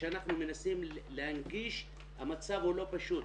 כשאנחנו מנסים להנגיש המצב הוא לא פשוט,